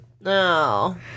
No